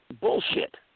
Bullshit